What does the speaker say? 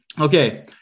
okay